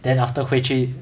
then after 回去